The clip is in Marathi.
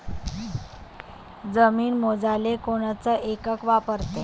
जमीन मोजाले कोनचं एकक वापरते?